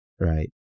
right